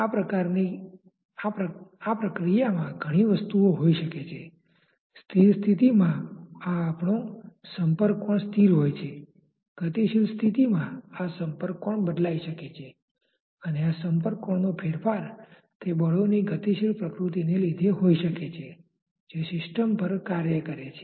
આ પ્રક્રિયામાં ઘણી વસ્તુઓ હોઈ શકે છે સ્થિર સ્થિતિમાં આપણો સંપર્ક કોણ સ્થિર હોય છે ગતિશીલ સ્થિતિમાં આ સંપર્ક કોણ બદલાઇ શકે છે અને આ સંપર્ક કોણનો ફેરફાર તે બળોની ગતિશીલ પ્રકૃતિને લીધે હોઈ શકે છે જે સિસ્ટમ પર કાર્ય કરે છે